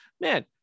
man